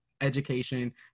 education